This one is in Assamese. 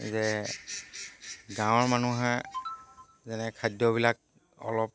যে গাঁৱৰ মানুহে যেনে খাদ্যবিলাক অলপ